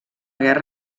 guerra